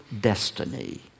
destiny